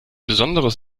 besonderes